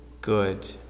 good